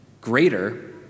greater